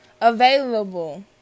available